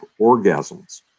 orgasms